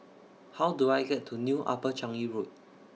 How Do I get to New Upper Changi Road